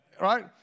right